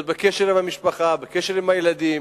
להיות בקשר עם המשפחה, בקשר עם הילדים,